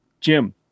Jim